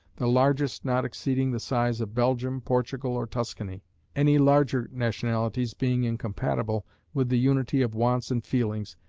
the largest not exceeding the size of belgium, portugal, or tuscany any larger nationalities being incompatible with the unity of wants and feelings,